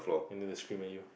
and they'll discriminate you